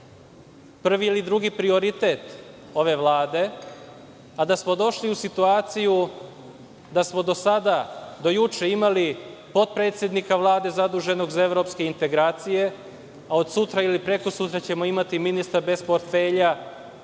prvi ili drugi prioritet ove Vlade, a da smo došli u situaciju da smo do sada, do juče imali potpredsednika Vlade zaduženog za evropske integracije, a od sutra ili prekosutra ćemo imati i ministra bez portfelja